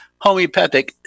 homeopathic